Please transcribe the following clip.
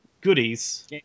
Goodies